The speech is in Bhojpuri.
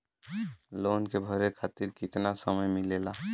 लोन के भरे खातिर कितना समय मिलेला?